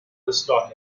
اصلاح